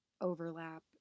overlap